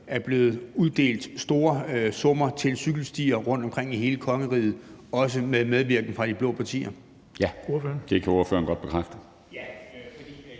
er blevet uddelt store summer til cykelstier rundtomkring i hele kongeriget, også med medvirken fra de blå partier? Kl. 16:37 Den fg. formand (Erling